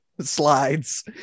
slides